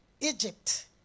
Egypt